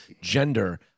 gender